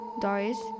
doris